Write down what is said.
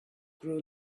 grow